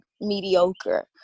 mediocre